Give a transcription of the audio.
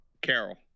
Carol